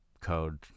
code